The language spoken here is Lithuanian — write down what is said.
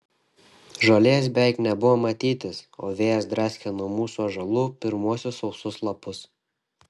žolės beveik nebuvo matytis o vėjas draskė nuo mūsų ąžuolų pirmuosius sausus lapus